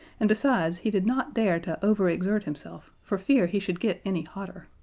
and besides, he did not dare to overexert himself for fear he should get any hotter.